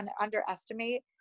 underestimate